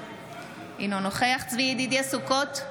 אינו נוכח צבי ידידיה סוכות,